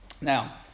now